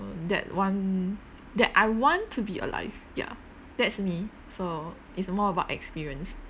that one that I want to be alive ya that's me so it's more about experience